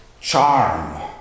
charm